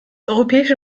europäische